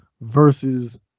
versus